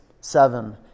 seven